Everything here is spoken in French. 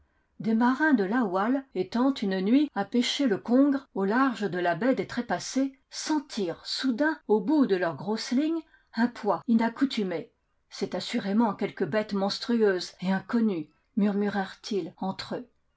des marins de laoual étant une nuit à pêcher le congre au large de la baie des trépassés sentirent soudain au bout de leurs grosses lignes un poids inaccoutumé c'est assurément quelque bête monstrueuse et incon nue murmurèrent-ils entre eux